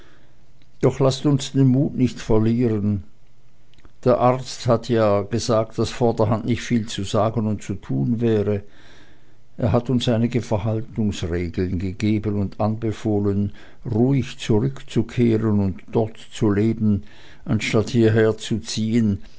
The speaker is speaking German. doch laßt uns den mut nicht verlieren der arzt hat ja gesagt daß vorderhand nicht viel zu sagen und zu tun wäre er hat uns einige verhaltungsregeln gegeben und anbefohlen ruhig zurückzukehren und dort zu leben anstatt hieher zu ziehen